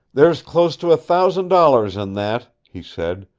there's close to a thousand dollars in that, he said.